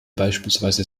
beispielsweise